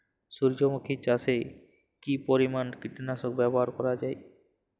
সূর্যমুখি চাষে কি পরিমান কীটনাশক ব্যবহার করা যায়?